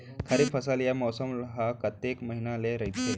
खरीफ फसल या मौसम हा कतेक महिना ले रहिथे?